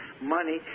money